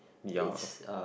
ya